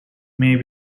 may